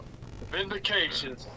vindication